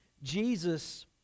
Jesus